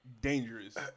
Dangerous